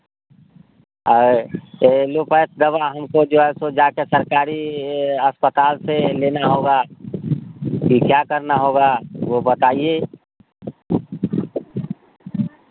allopath दवा हमको जो है सो जाकर सरकारी अस्पताल से लेना होगा कि क्या करना होगा वह बताइए